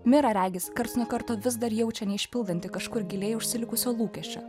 mira regis karts nuo karto vis dar jaučiasine išpildanti kažkur giliai užsilikusio lūkesčio